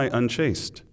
unchaste